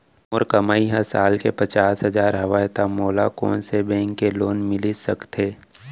मोर कमाई ह साल के पचास हजार हवय त मोला कोन बैंक के लोन मिलिस सकथे?